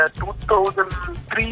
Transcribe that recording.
2003